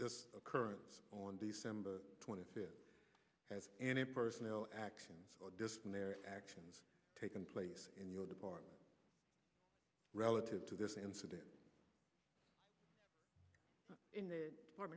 this occurrence on december twenty fifth has any personal actions or disciplinary actions taken place in your department relative to this incident in the depart